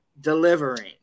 delivering